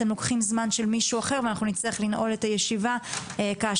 אתם לוקחים זמן של מישהו אחר ונצטרך לנעול את הישיבה כאשר